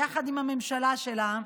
ביחד עם הממשלה שלה,